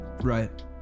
right